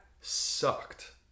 sucked